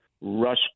rush